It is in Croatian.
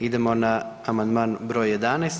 Idemo na Amandman broj 11.